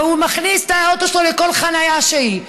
והוא מכניס את האוטו שלו לכל חניה שהיא,